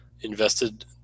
invested